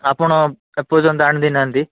ଆପଣ ଏପର୍ଯ୍ୟନ୍ତ ଆଣି ଦେଇନାହାଁନ୍ତି